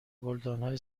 گلدانهای